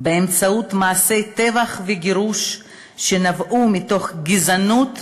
באמצעות מעשי טבח וגירוש שנבעו מגזענות